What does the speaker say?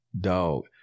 dog